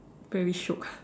very shiok